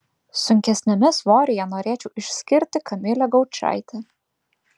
sunkesniame svoryje norėčiau išskirti kamilę gaučaitę